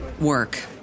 work